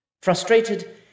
Frustrated